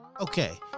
Okay